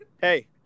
Hey